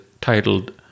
titled